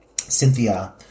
cynthia